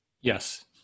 Yes